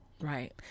Right